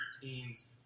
teens